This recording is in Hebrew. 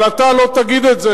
אבל אתה לא תגיד את זה,